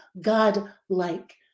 God-like